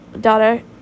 Daughter